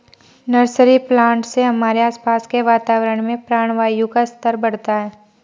nursery plant से हमारे आसपास के वातावरण में प्राणवायु का स्तर बढ़ता है